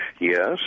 yes